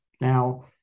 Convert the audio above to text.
Now